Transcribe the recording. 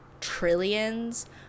trillions